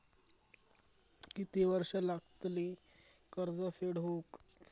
किती वर्षे लागतली कर्ज फेड होऊक?